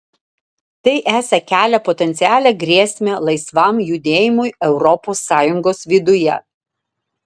tai esą kelia potencialią grėsmę laisvam judėjimui europos sąjungos viduje